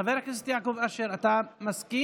חבר הכנסת יעקב אשר, אתה מסכים?